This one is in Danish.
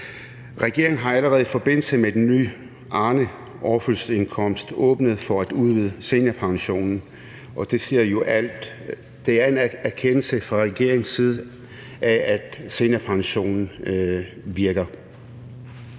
Regeringen har allerede i forbindelse med den nye Arneoverførselsindkomst åbnet for at udvide seniorpensionen, og det siger jo alt. Det er en erkendelse fra regeringens side af, at seniorpensionen virker.